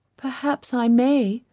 perhaps i may,